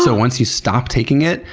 so once you stop taking it,